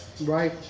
Right